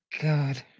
God